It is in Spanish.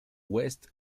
west